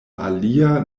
alia